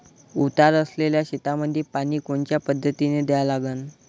उतार असलेल्या शेतामंदी पानी कोनच्या पद्धतीने द्या लागन?